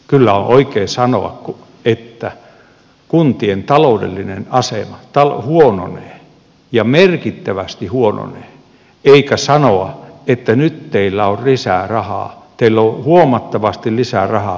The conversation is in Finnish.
kyllä on oikein sanoa että kuntien taloudellinen asema huononee ja merkittävästi huononee eikä ole oikein sanoa että nyt teillä on lisää rahaa teillä on huomattavasti lisää rahaa sen kuin hoidatte asianne